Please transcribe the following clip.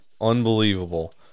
unbelievable